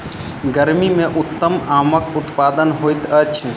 गर्मी मे उत्तम आमक उत्पादन होइत अछि